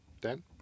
Dan